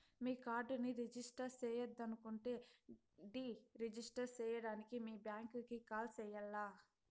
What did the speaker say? మీ కార్డుని రిజిస్టర్ చెయ్యొద్దనుకుంటే deregister సేయడానికి మీ బ్యాంకీకి కాల్ సెయ్యాల్ల